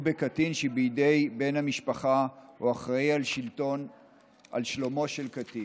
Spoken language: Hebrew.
בקטין בידי בן משפחה או אחראי לשלומו של קטין.